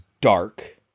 dark